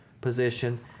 position